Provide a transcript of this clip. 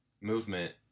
movement